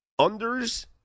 Unders